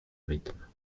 rythme